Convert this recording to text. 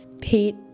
Pete